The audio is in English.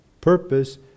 purpose